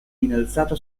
innalzata